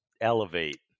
elevate